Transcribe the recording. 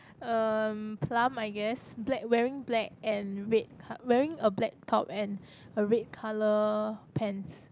um plump I guess black wearing black and red co~ wearing a black top and a red colour pants